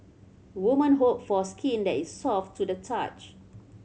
woman hope for skin that is soft to the touch